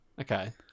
Okay